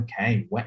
okay